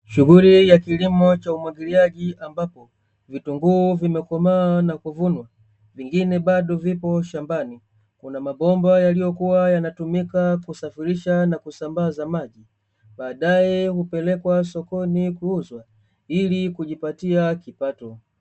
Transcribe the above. Shughuli ya kilimo cha umwagiliaji ambapo, vitunguu vimekomaa na kuvunwa vingine bado vipo shambani. Kuna mabomba yaliyokuwa yanatumika kusafirisha na kusambaza maji, baadae hupelekwa sokoni kuuzwa, ili kujipatia kipato.